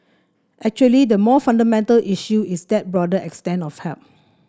actually the more fundamental issue is that broader extent of help